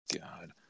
God